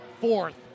fourth